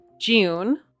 june